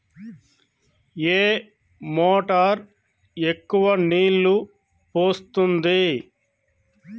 ఏ motor ఎక్కువ నీళ్లు పోస్తుంది?